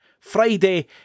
Friday